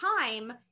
time